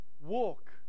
walk